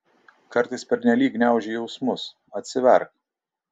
kartais pernelyg gniauži jausmus atsiverk